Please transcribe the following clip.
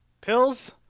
Pills